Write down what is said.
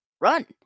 run